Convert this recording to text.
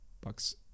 bucks